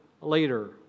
later